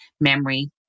memory